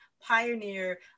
pioneer